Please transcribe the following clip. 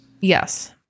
Yes